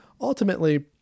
ultimately